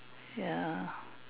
ya